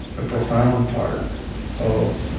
a profound part of